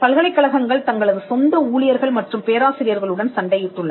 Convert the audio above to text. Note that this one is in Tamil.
பல்கலைக்கழகங்கள் தங்களது சொந்த ஊழியர்கள் மற்றும் பேராசிரியர்களுடன் சண்டையிட்டுள்ளன